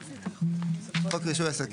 פעם אחת נשלם לנת"ע כדי שהיא תשתול לנו עצים